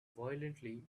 violently